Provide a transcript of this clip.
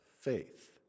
Faith